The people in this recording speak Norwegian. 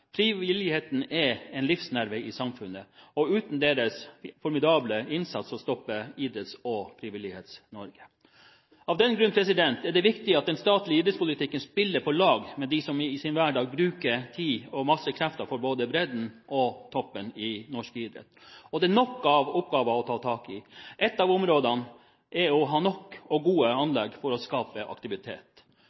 Frivilligheten er en livsnerve i samfunnet, og uten deres formidable innsats stopper Idretts- og Frivillighets-Norge. Av den grunn er det viktig at den statlige idrettspolitikken spiller på lag med dem som i sin hverdag bruker tid og masse krefter for både bredden og toppen i norsk idrett. Det er nok av oppgaver å ta tak i. Et av områdene er å ha nok og gode anlegg for å skape aktivitet.